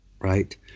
right